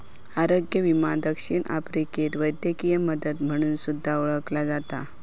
आरोग्य विमो दक्षिण आफ्रिकेत वैद्यकीय मदत म्हणून सुद्धा ओळखला जाता